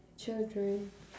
children